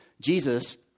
Jesus